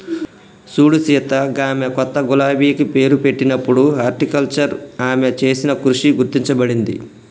సూడు సీత గామె కొత్త గులాబికి పేరు పెట్టినప్పుడు హార్టికల్చర్ ఆమె చేసిన కృషి గుర్తించబడింది